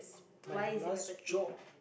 my last job